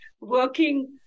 working